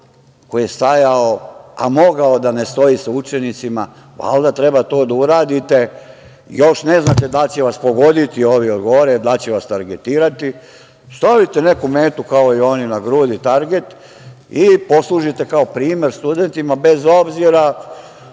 koji je stajao, a mogao je da ne stoji sa učenicima, valjda treba to da uradite, još ne znate da li će vas pogoditi ovi od gore, da li će vas targetirati. Stavite neku metu na grudi, kao i oni, target, i poslužite kao primer studentima bez obzira